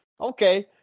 Okay